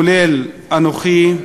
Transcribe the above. כולל אנוכי,